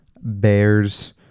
bears